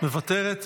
מוותרת.